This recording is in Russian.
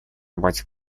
быть